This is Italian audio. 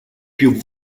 più